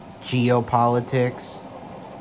geopolitics